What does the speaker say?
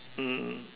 mm mm